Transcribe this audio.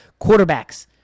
quarterbacks